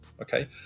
Okay